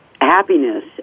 happiness